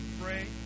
pray